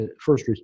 first